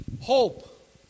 hope